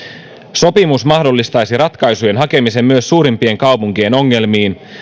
sopimus mahdollistaisi ratkaisujen hakemisen myös suurimpien kaupunkien ongelmiin